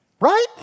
Right